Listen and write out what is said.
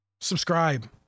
Subscribe